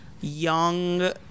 young